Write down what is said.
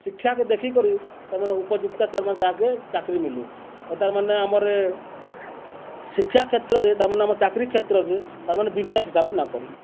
ଶିକ୍ଷାକେ ଦେଖିକରି ତାର୍ମାନେ ଉପଯୁକ୍ତ ତାର୍ମାନେ ତାହାକେ ଚାକିରି ମିଲୁ ଆଉ ତାର୍ମାନେ ଆମର୍ ଇ ଶିକ୍ଷା କ୍ଷେତ୍ରରେ ତାର୍ମାନେ ଆମର୍ ଚାକିରୀ କ୍ଷେତ୍ରକେ ତାର୍ମାନେ ବିଜ୍ନେଶ ହିସାବେ ନେ କରୁନ୍